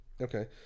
Okay